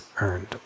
earned